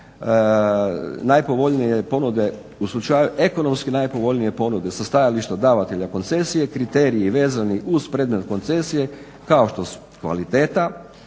da smo nekom pogodovali. Pa kaže, ekonomski najpovoljnije ponude sa stajališta davatelja koncesije, kriteriji vezani uz predmet koncesije kao što su kvaliteta,